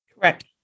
Correct